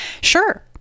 Sure